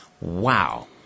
Wow